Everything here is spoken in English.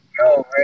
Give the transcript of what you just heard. No